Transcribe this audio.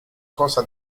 cosa